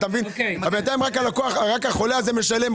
רק החולה הזה משלם.